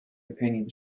opinion